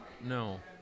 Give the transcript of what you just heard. No